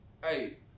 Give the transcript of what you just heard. Hey